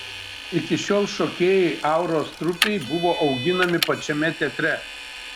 iki šiol šokėjai auros trupei buvo auginami pačiame teatre